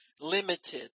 Limited